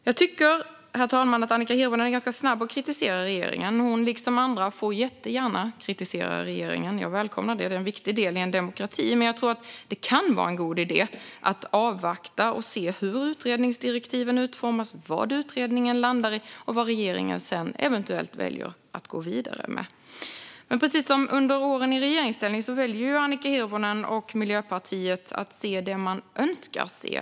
Jag tycker att Annika Hirvonen är ganska snabb att kritisera regeringen, herr talman. Hon, liksom andra, får jättegärna kritisera regeringen - jag välkomnar det, och det är en viktig del i en demokrati - men jag tror att det kan vara en god idé att avvakta och se hur utredningsdirektiven utformas, vad utredningen landar i och vad regeringen sedan eventuellt väljer att gå vidare med. Precis som under åren i regeringsställning väljer dock Annika Hirvonen och Miljöpartiet att se det de önskar se.